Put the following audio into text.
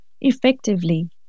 effectively